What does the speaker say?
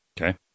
Okay